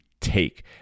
take